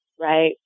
right